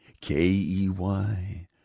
K-E-Y